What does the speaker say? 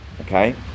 Okay